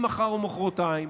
אם מחר או מוחרתיים